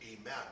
amen